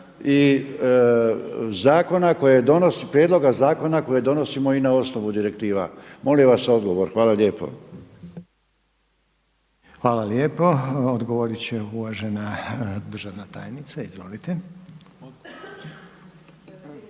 i prijedloga zakona koje donosimo i na osnovu direktiva. Molim vas odgovor. Hvala lijepa. **Reiner, Željko (HDZ)** Hvala vam lijepa. Odgovorit će uvažena državna tajnica. Izvolite.